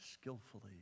skillfully